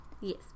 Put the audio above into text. Yes